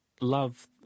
love